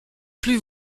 plus